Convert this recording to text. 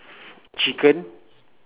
chicken